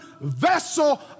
vessel